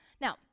Now